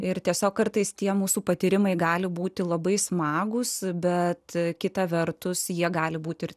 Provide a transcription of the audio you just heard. ir tiesiog kartais tie mūsų patyrimai gali būti labai smagūs bet kita vertus jie gali būti ir